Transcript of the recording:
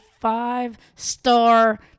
five-star